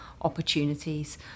opportunities